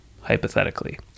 hypothetically